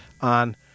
on